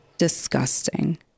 disgusting